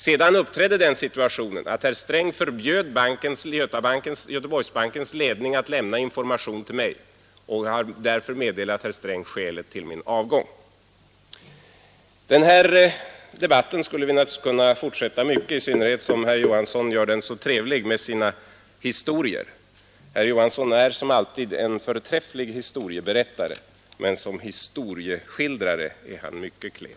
Sedan inträdde den situationen att herr Sträng förbjöd Göteborgsbankens ledning att lämna information till mig, och jag har därför meddelat herr Sträng skälet till min avgång. Vi skulle naturligtvis kunna fortsätta den här debatten länge, i synnerhet som herr Johansson gör den så trevlig med sina historier. Herr Johansson är som alltid en förträfflig historieberättare, men såsom historieskildrare är han mycket klen.